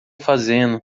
fazendo